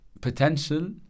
potential